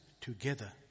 together